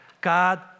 God